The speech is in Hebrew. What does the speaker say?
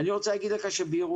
אני רוצה להגיד לך שבירוחם,